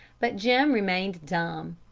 but jim remained dumb.